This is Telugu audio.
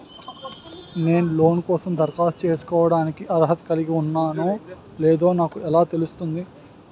నేను లోన్ కోసం దరఖాస్తు చేసుకోవడానికి అర్హత కలిగి ఉన్నానో లేదో నాకు ఎలా తెలుస్తుంది?